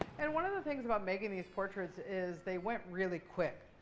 and one of the things about making these portraits is they went really quick.